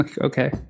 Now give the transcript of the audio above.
okay